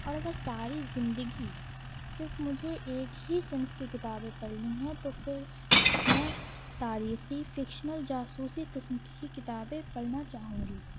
اور اگر ساری زندگی صرف مجھے ایک ہی صنف کی کتابیں پڑھنی ہیں تو پھر میں تاریخی فکشنل جاسوسی قسم کی ہی کتابیں پڑھنا چاہوں گی